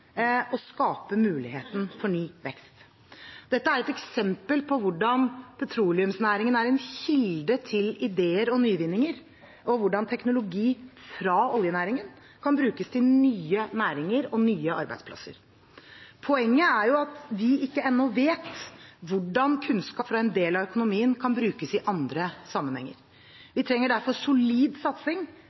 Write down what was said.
for ny vekst. Dette er et eksempel på hvordan petroleumsnæringen er en kilde til ideer og nyvinninger, og hvordan teknologi fra oljenæringen kan brukes til nye næringer og nye arbeidsplasser. Poenget er at vi ikke ennå vet hvordan kunnskap fra en del av økonomien kan brukes i andre sammenhenger. Vi trenger derfor solid satsing